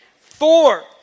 Four